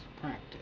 practice